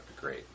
great